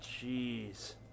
jeez